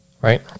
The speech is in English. Right